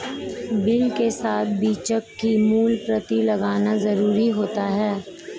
bill के साथ बीजक की मूल प्रति लगाना जरुरी होता है